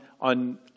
on